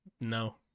no